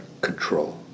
control